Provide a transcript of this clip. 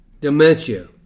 Dementia